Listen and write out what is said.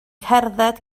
cerdded